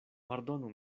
pardonu